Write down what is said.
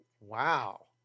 Wow